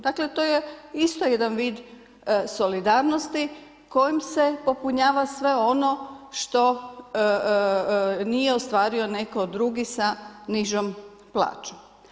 Dakle, to je isto jedan vid solidarnosti kojim se popunjava sve ono što nije ostvario netko drugi sa nižom plaćom.